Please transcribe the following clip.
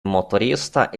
motorista